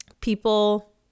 people